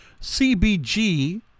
CBG